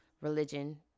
religion